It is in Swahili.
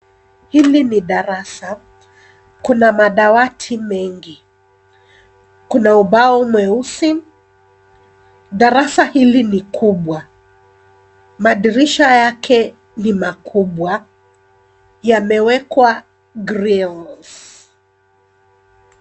Hili ni darasa. Kuna madawati mengi. Kuna ubao mweusi. Darasa hili ni kubwa. Madirisha yake ni makubwa, yamewekwa cs[grills]cs.